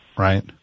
right